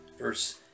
verse